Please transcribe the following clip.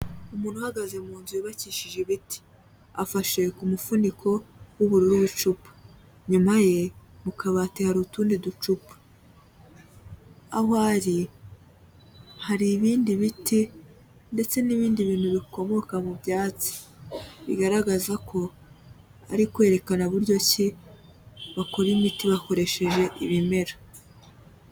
Umuntu uhagaze mu nzu yubakishije ibiti. Afashe ku mufuniko w'ubururu w'icupa, inyuma ye mu kabati hari utundi ducupa, aho ari hari ibindi biti ndetse n'ibindi bintu bikomoka mu byatsi, bigaragaza ko ari kwerekana uburyo ki bakora imiti bakoresheje ibimera.